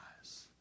eyes